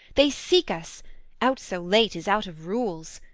they seek us out so late is out of rules.